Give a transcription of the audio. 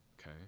Okay